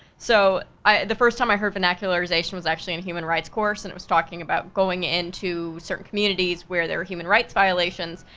so the first time i heard vernacularization was actually in human rights course, and it was talking about going in to certain communities where there were human rights violations,